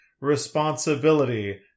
Responsibility